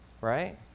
right